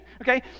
Okay